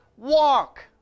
walk